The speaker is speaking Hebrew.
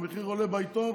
המחיר עולה בעיתון,